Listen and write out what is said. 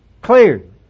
cleared